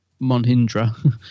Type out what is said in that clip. monhindra